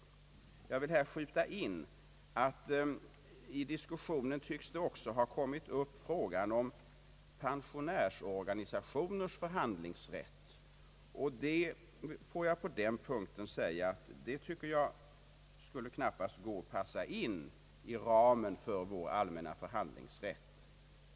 Jag vill här skjuta in att i diskussionen också frågan om pensionärsorganisationers förhandlingsrätt har kommit upp. Den saken tycker jag knappast kan passas in i ramen för vår allmänna förhandlingsrätt.